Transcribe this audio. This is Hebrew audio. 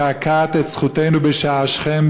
מקעקעת את זכותנו בשער שכם,